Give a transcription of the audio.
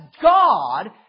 God